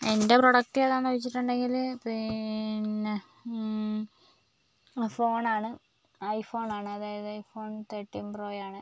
എൻ്റെ പ്രോഡക്റ്റ് ഏതാണെന്ന് ചോദിച്ചിട്ടുണ്ടെങ്കിൽ പിന്നെ ഫോണാണ് ഐ ഫോൺ ആണ് ഐ ഫോൺ തേർട്ടീൻ പ്രൊയാണ്